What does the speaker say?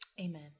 amen